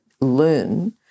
learn